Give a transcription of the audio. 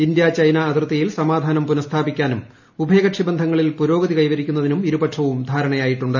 India China അതിർത്തിയിൽ സമാധാനം പുനസ്ഥാപിക്കാനും ഉഭയകക്ഷി ബന്ധങ്ങളിൽ പുരോഗതി കൈവരിക്കുന്നതിനും ഇരുപക്ഷവും ധാരണയായിട്ടുണ്ട്